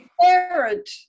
parent